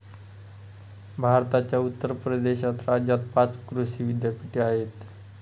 भारताच्या उत्तर प्रदेश राज्यात पाच कृषी विद्यापीठे आहेत